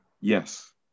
Yes